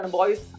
boys